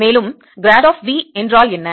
மேலும் grad of v என்றால் என்ன